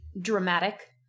Dramatic